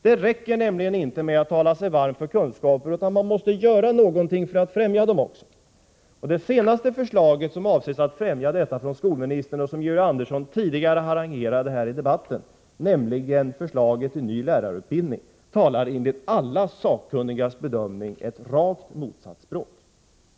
Det räcker nämligen inte med att tala sig varm för kunskaper. Man måste också göra någonting för att främja dem. Det senaste förslaget från skolministern i detta syfte, nämligen förslaget till ny lärarutbildning, — som Georg Andersson tidigare harangerade här i debatten — talar enligt alla sakkunnigas bedömning ett rakt motsatt språk.